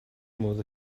modd